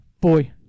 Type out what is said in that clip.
Boy